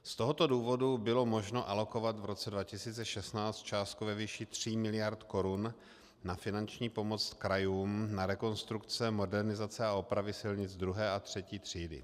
Z tohoto důvodu bylo možno alokovat v roce 2016 částku ve výši 3 miliard korun na finanční pomoc krajům na rekonstrukce, modernizace a opravy silnic II. a III. třídy.